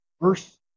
Verse